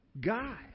guy